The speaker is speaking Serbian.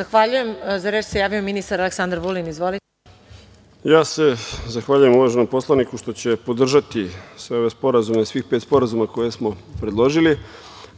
Zahvaljujem.Za reč se javio ministar Aleksandar Vulin. Izvolite. **Aleksandar Vulin** Zahvaljujem se uvaženom poslaniku što će podržati sve ove sporazume, svih pet sporazuma koje smo predložili,